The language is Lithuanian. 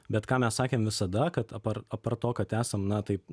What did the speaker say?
bet ką mes sakėm visada kad apar apart to kad esam na taip